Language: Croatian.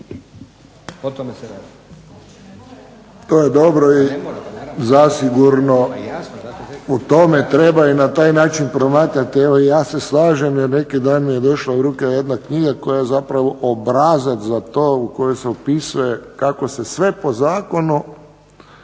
To je dobro i zasigurno u tome treba i na taj način promatrati. Evo i ja se slažem, jer neki dan mi je došla u ruke jedna knjiga koja je zapravo obrazac za to u kojoj se opisuje kako se sve po zakonu